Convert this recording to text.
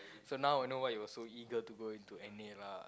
so now I know why you were so eager to go into N_A lah